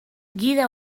gida